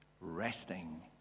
Resting